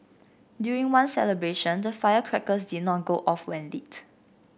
during one celebration the firecrackers did not go off when lit